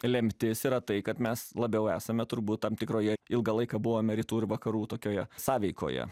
lemtis yra tai kad mes labiau esame turbūt tam tikroje ilgą laiką buvome rytų ir vakarų tokioje sąveikoje